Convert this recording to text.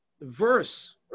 verse